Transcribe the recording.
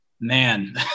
Man